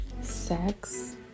Sex